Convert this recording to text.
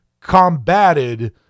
combated